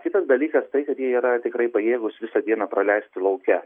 kitas dalykas tai kad jie yra tikrai pajėgūs visą dieną praleisti lauke